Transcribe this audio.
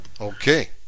Okay